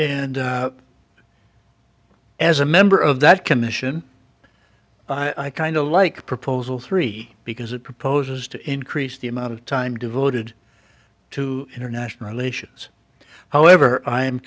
d as a member of that commission i kind of like proposal three because it proposes to increase the amount of time devoted to international relations however i am